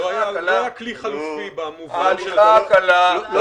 לא היה כלי חלופי במובן --- אתה יודע